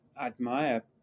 admire